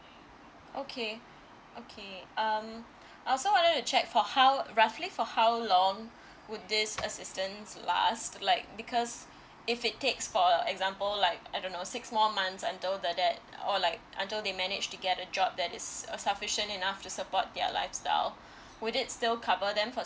okay okay um I also wanted to check for how roughly for how long would this assistance last like because if it takes for example like I don't know six more months until the that or like until they manage to get a job that is uh sufficient enough to support their lifestyle would it still cover them for six